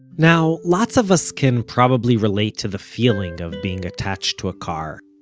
now lots of us can probably relate to the feeling of being attached to a car.